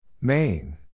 Main